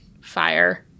fire